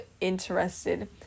interested